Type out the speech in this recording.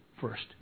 first